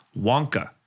Wonka